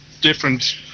different